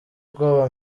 bwoba